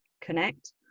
connect